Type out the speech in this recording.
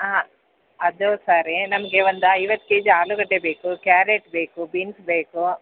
ಹಾಂ ಅದು ಸರಿ ನಮಗೆ ಒಂದು ಐವತ್ತು ಕೆ ಜಿ ಆಲೂಗಡ್ಡೆ ಬೇಕು ಕ್ಯಾರಟ್ ಬೇಕು ಬೀನ್ಸ್ ಬೇಕು